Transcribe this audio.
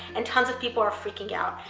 and tons of people are freaking out.